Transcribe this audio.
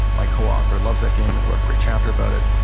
my co-author loves that game and wrote a great chapter about it.